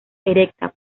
erecta